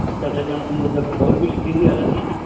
अच्छा छ ॼणा थींदव त फोर विह्लर थींदी त हलंदी न